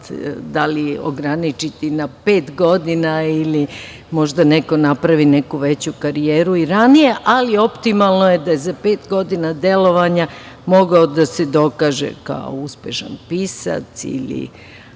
da li ograničiti na pet godina, ili možda neko napravi neku veću karijeru i ranije, ali optimalno je da za pet godina delovanja mogao da se dokaže kao uspešan pisac, ili